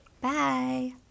Bye